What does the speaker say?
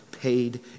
paid